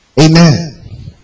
Amen